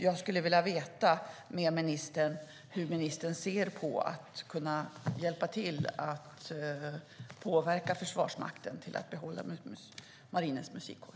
Jag skulle vilja veta hur ministern ser på att hjälpa till att påverka Försvarsmakten att behålla Marinens Musikkår.